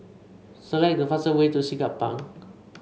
select the fastest way to Siglap Bank